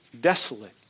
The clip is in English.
desolate